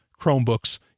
Chromebooks